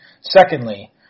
Secondly